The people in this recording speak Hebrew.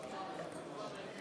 אנחנו משנים את סדר-היום ונחזור